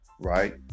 right